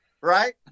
Right